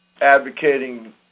advocating